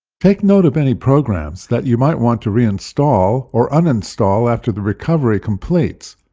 take note of any programs that you might want to reinstall or uninstall after the recovery completes,